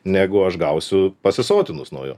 negu aš gausiu pasisotinus nuo jo